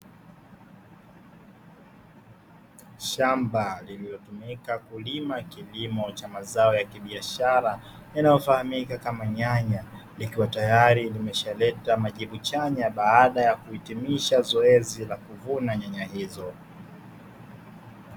Shamba lililotumika kulima kilimo cha mazao ya kibiashara yanayofahamika kama nyanya, ikiwa tayari imeshaleta majibu chanya baada ya kuhitimisha zoezi la kuvuna nyanya hizo.